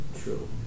True